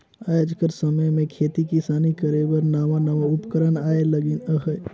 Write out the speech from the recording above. आएज कर समे में खेती किसानी करे बर नावा नावा उपकरन आए लगिन अहें